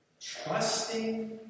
trusting